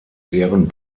deren